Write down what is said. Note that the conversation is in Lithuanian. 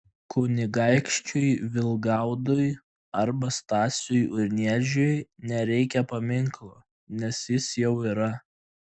kunigaikščiui vilgaudui arba stasiui urniežiui nereikia paminklo nes jis jau yra